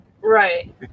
right